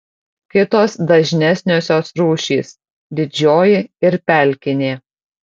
kitos dažnesniosios rūšys didžioji ir pelkinė